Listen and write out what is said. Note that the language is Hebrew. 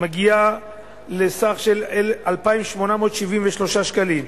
מגיעה לסך 2,873 שקלים.